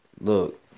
Look